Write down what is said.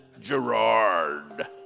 Gerard